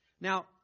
Now